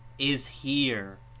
is here.